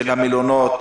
של המלונות,